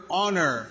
honor